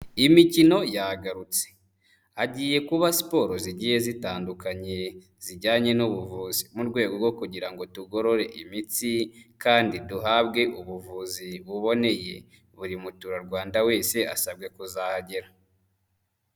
Imikino yagarutse. Hagiye kuba siporo zigiye zitandukanye zijyanye n'ubuvuzi mu rwego rwo kugira ngo tugorore imitsi kandi duhabwe ubuvuzi buboneye. Buri muturarwanda wese asabwe kuzahagera.